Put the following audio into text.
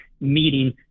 meeting